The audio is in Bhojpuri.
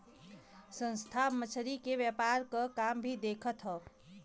संस्था मछरी के व्यापार क काम भी देखत हौ